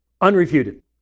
unrefuted